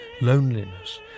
loneliness